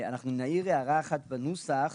אנחנו נעיר הערה אחת לנוסח